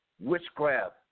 witchcraft